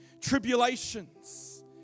tribulations